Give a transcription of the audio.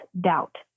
doubt